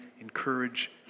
encourage